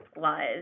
lies